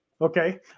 Okay